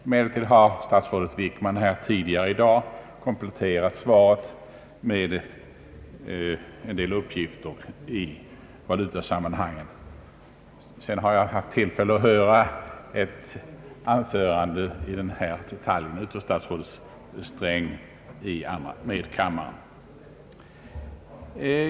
Emellertid har statsrådet Wickman tidigare i dag kompletterat svaret med en del uppgifter härom. Jag har också haft tillfälle att höra ett anförande i denna fråga av statsrådet Sträng i medkammaren.